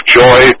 joy